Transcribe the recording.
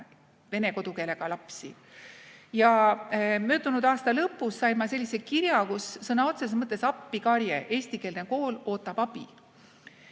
vene kodukeelega lapsi. Möödunud aasta lõpus sain ma sellise kirja, kus oli sõna otseses mõttes appikarje: eestikeelne kool ootab abi.